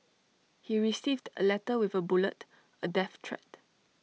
he received A letter with A bullet A death threat